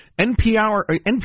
NPR